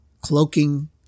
Cloaking